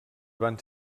van